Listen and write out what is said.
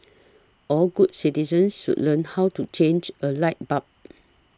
all good citizens should learn how to change a light bulb